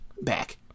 Back